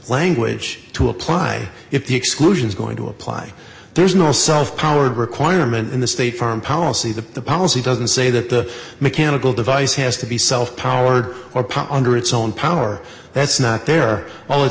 language to apply if the exclusions going to apply there's no self powered requirement in the state farm policy the policy doesn't say that the mechanical device has to be self powered or power under its own power that's not there all it